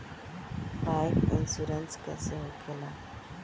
Bike insurance कैसे होखे ला?